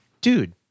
dude